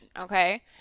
Okay